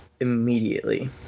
immediately